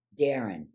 Darren